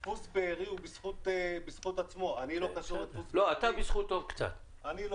דפוס בארי הוא בזכות עצמו, אני לא